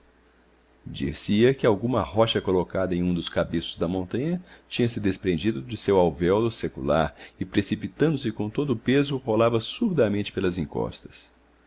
dir-se-ia que alguma rocha colocada em um dos cabeços da montanha tinha-se despreendido de seu alvéolo secular e precipitando-se com todo o peso rolava surdamente pelas encostas